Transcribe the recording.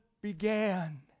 began